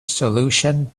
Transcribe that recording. solution